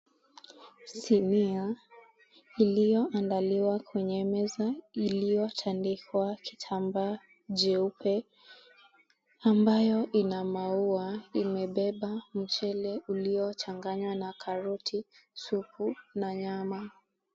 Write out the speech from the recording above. Sinia iliyoandaliwa kwenye meza, iliyotandikwa kitambaa jeupe ambayo ina maua imebeba mchele uliochanganywa na karoti, supu na nyama.